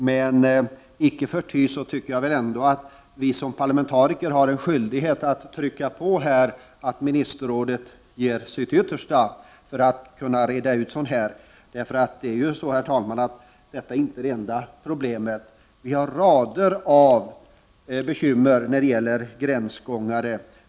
Men icke förty anser jag ändå att vi som parlamentariker har en skyldighet att trycka på så att Ministerrådet gör sitt yttersta för att kunna reda ut frågor av detta slag. Detta, herr talman, är ju inte det enda problemet; vi har rader av bekymmer när det gäller gränsgångare.